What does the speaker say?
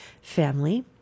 family